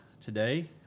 today